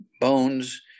bones